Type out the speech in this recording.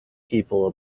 people